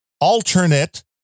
alternate